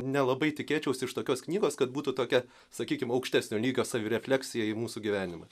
nelabai tikėčiausi iš tokios knygos kad būtų tokia sakykim aukštesnio lygio savirefleksija į mūsų gyvenimą